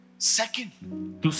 Second